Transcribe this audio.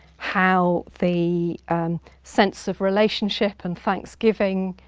how the sense of relationship and thanksgiving,